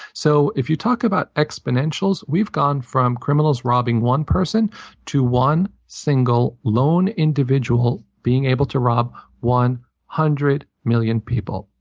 so if you talk about exponentials, we've gone from criminals robbing one person to one single, lone individual being able to rob one hundred million people.